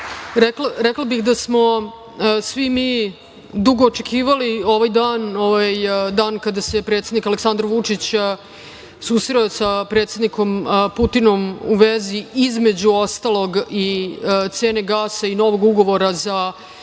bih da smo svi mi dugo očekivali ovaj dan kada se predsednik Aleksandar Vučić susreo sa predsednikom Putinom u vezi, između ostalog, i cene gasa i novog ugovora za